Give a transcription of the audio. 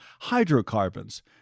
hydrocarbons